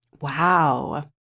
Wow